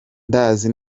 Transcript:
ndazi